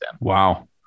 Wow